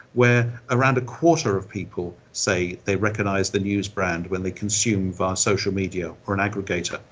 where around a quarter of people say they recognise the news brand when they consume via social media or an aggregator.